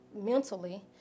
mentally